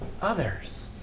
others